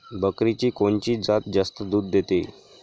बकरीची कोनची जात जास्त दूध देते?